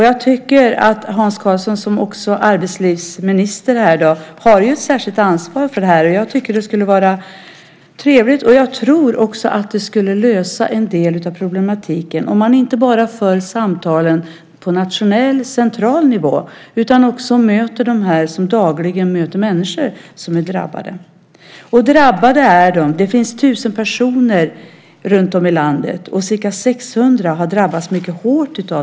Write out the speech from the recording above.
Jag tycker att Hans Karlsson som arbetslivsminister har ett särskilt ansvar för detta, och jag tror att det skulle lösa en del av problematiken om man inte enbart förde samtalen på nationell, central, nivå utan också mötte dem som dagligen träffar människor som är drabbade. Och drabbade är de. Det finns 1 000 drabbade runtom i landet, och ca 600 har drabbats mycket hårt.